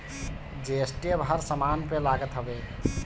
GST अब हर समान पे लागत हवे